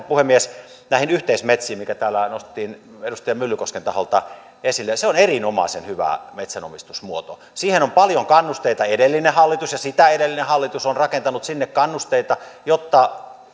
puhemies näihin yhteismetsiin jotka täällä nostettiin edustaja myllykosken taholta esille se on erinomaisen hyvä metsänomistusmuoto siihen on paljon kannusteita edellinen hallitus ja sitä edellinen hallitus ovat rakentaneet sinne kannusteita jotta